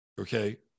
Okay